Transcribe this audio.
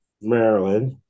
Maryland